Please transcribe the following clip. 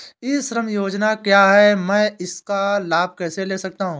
ई श्रम योजना क्या है मैं इसका लाभ कैसे ले सकता हूँ?